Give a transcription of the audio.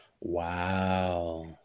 Wow